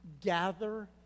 Gather